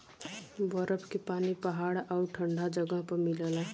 बरफ के पानी पहाड़ आउर ठंडा जगह पर मिलला